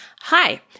Hi